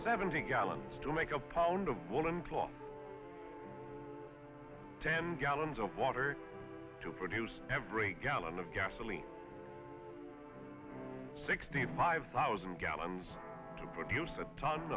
seventy gallons to make a pound of woollen cloth ten gallons of water to produce every gallon of gasoline sixty five thousand gallons to produce a ton